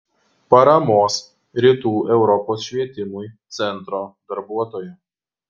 paramos rytų europos švietimui centro darbuotoja